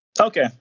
Okay